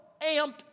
amped